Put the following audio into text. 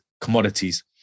commodities